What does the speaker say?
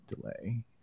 delay